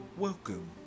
Welcome